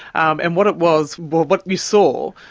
um and what it was, well what you saw,